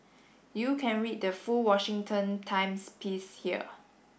you can read the full Washington Times piece here